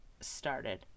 started